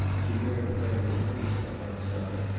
she heard herman's heavy step outside,